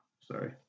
sorry